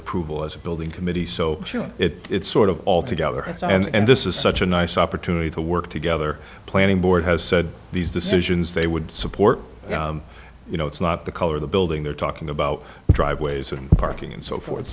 approval as a building committee so sure it's sort of all together and so and this is such a nice opportunity to work together planning board has said these decisions they would support you know it's not the color of the building they're talking about driveways and parking and so forth